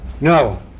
No